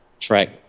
Track